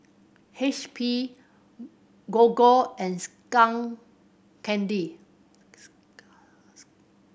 H P Gogo and Skull Candy